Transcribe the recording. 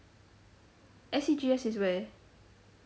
S_G_C_S is where